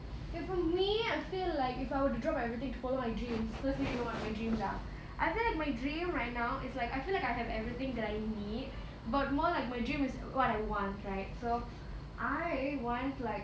if for me I feel like if I would drop everything to follow my dreams firstly you know what my dreams are I think my dream right now is like I feel like I have everything that I need but more like my dream is what I want right so I want like